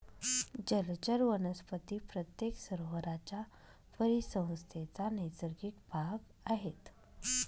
जलचर वनस्पती प्रत्येक सरोवराच्या परिसंस्थेचा नैसर्गिक भाग आहेत